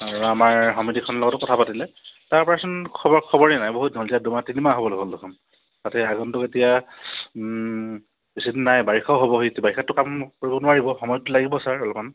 আৰু আমাৰ সমিতিখনৰ লগতো কথা পাতিলে তাৰপৰাচোন খব খবৰেই নাই বহুত দিন হ'ল এতিয়া দুমাহ তিনিমাহ হ'বলৈ হ'ল দেখোন তাতে আগন্তোক এতিয়া বেছি দিন নাই বাৰিষাও হ'ব সেই বাৰিষাটো কাম কৰিব নোৱাৰিব সময়টো লাগিব ছাৰ অলপমান